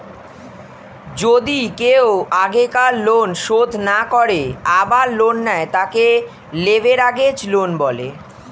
যদি কেও আগেকার লোন শোধ না করে আবার লোন নেয়, তাকে লেভেরাগেজ লোন বলে